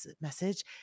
message